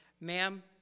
ma'am